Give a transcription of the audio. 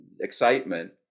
excitement